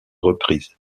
reprises